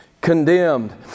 condemned